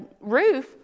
roof